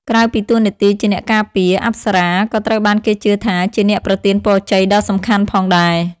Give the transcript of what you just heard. ក្រៅពីតួនាទីជាអ្នកការពារ អប្សរក៏ត្រូវបានគេជឿថាជាអ្នកប្រទានពរជ័យដ៏សំខាន់ផងដែរ។